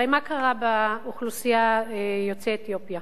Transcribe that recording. הרי מה קרה באוכלוסיית יוצאי אתיופיה?